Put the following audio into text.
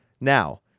Now